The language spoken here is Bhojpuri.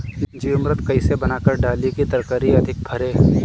जीवमृत कईसे बनाकर डाली की तरकरी अधिक फरे?